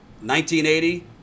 1980